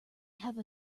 have